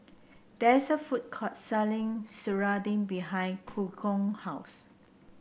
there is a food court selling serunding behind Hugo house